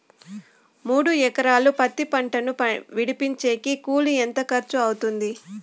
మూడు ఎకరాలు పత్తి పంటను విడిపించేకి కూలి ఎంత ఖర్చు అవుతుంది?